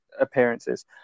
appearances